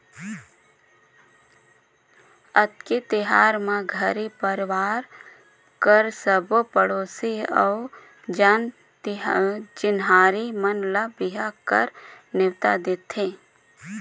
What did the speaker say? अक्ती तिहार म घरी परवार कर सबो पड़ोसी अउ जान चिन्हारी मन ल बिहा कर नेवता देथे